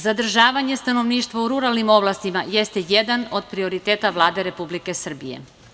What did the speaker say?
Zadržavanje stanovništva u ruralnim oblastima jeste jedan od prioriteta Vlade Republike Srbije.